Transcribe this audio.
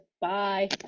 Bye